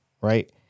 right